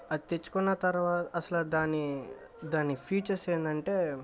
అది తెచ్చుకున్న తరవ అసల దాన్ని దాన్ని ఫీచర్స్ ఏందంటే